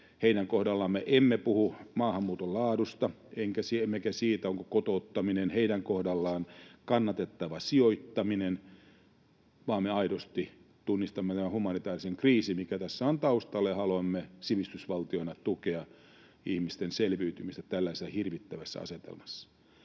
Heidän kohdallaan me emme puhu maahanmuuton laadusta emmekä siitä, onko kotouttaminen heidän kohdallaan kannatettava sijoittaminen, vaan me aidosti tunnistamme tämän humanitaarisen kriisin, mikä tässä on taustalla, ja haluamme sivistysvaltiona tukea ihmisten selviytymistä tällaisessa hirvittävässä asetelmassa.